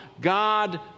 God